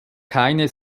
keine